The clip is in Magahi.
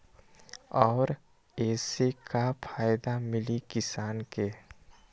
और ये से का फायदा मिली किसान के?